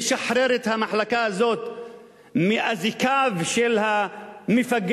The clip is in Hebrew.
לשחרר את המחלקה הזאת מאזיקיו של המפקד